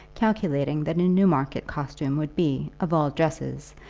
calculating that a newmarket costume would be, of all dresses,